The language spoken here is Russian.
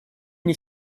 мне